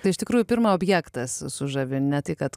tai iš tikrųjų pirma objektas sužavi ne tai kad